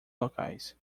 locais